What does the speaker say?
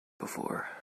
before